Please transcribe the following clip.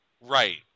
Right